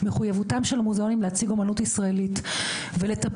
מחויבותם של המוזיאונים להציג אומנות ישראלית ולטפח